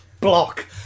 block